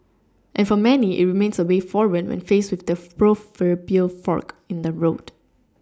and for many it remains a way forward when faced with the proverbial fork in the road